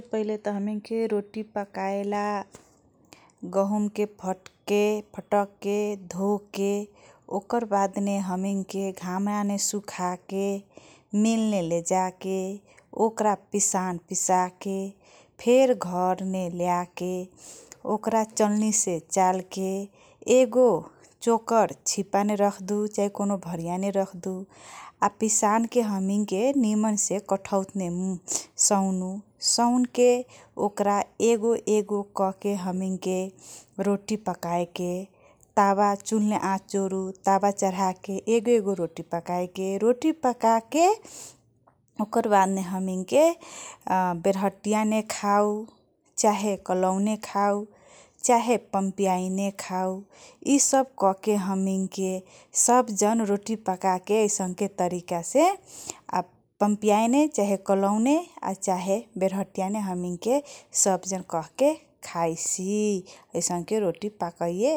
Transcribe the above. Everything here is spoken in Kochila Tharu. पहिले तँ हमैनको रोटी पकाएला गहुमको फटक फटके धोको, ओकरबाद हमैनको घामने सुकाको, मिलने लेजाको, ओकरा पिसान पिसासके । फेर घरने ल्याके, ओकरा चलनीसे चालकके । एकगो चोकर कौनो सिपामे रखदु, चाहे भरिया मे रखदु । आ पिसानको हमैनको निमसे हमैने कठौटमे सौनु । सौनको ओकरा एगो एगो कके हमैनके रोटी पकाएके । तावा, चुलने आच जोरु । तावा चढाके । एगो एगो रोटी पकाएके । ओकर बाद हमैनके, बेरठीयामे खाउ चाहे कलौने खाउँ, चाहे पमपीयामे खाउँ । यी सब कके हमैन सबजन रोटी पकाके यैसने तरीकासे या चाहे पमपीयामे, चाहे कलौने चाहे बेरठीयामे हमैनके सबजन खाइसी । यैसनके रोटी पाकैय ।